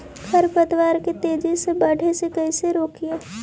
खर पतवार के तेजी से बढ़े से कैसे रोकिअइ?